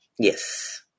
Yes